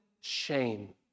shame